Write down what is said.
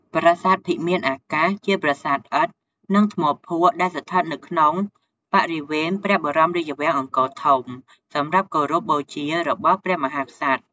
ប្រាសាទភិមានអាកាស ជាប្រាសាទឥដ្ឋ និងថ្មភក់ដែលស្ថិតនៅក្នុងបរិវេណព្រះបរមរាជវាំងអង្គរធំ សម្រាប់គោរពបូជារបស់ព្រះមហាក្សត្រ។